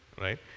Right